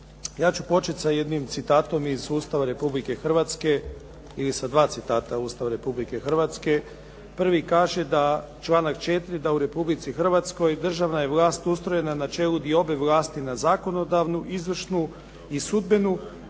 Ja ću početi sa jednim citatom iz Ustava Republike Hrvatske ili sa dva citata Ustava Republike Hrvatske. Prvi kaže članak 4. da u Republici Hrvatskoj državna je vlast ustrojena na načelu diobe vlasti na zakonodavnu, izvršnu i sudbenu